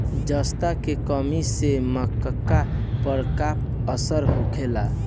जस्ता के कमी से मक्का पर का असर होखेला?